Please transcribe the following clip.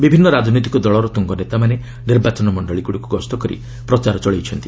ବିଭିନ୍ନ ରାଜନୈତିକ ଦଳର ତୁଙ୍ଗ ନେତାମାନେ ନିର୍ବାଚନ ମଣ୍ଡଳିଗୁଡ଼ିକୁ ଗସ୍ତ କରି ପ୍ରଚାର ଚଳାଇଛନ୍ତି